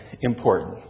important